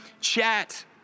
chat